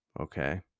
okay